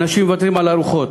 אנשים מוותרים על ארוחות,